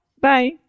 bye